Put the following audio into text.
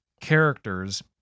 characters